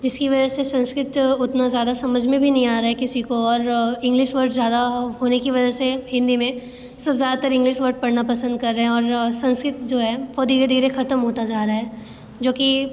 जिसकी वजह से संस्कृत उतना ज़्यादा समझ में भी नहीं आ रहा है किसी को और इंग्लिश वर्ड ज़्यादा होने की वजह से हिन्दी में सब ज़्यादातर इंग्लिश वर्ड पढ़ना पसंद कर रहे हैं और संस्कृत जो है वो धीरे धीरे ख़त्म होता जा रहा है जो कि